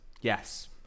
Yes